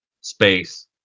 space